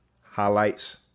highlights